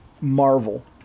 Marvel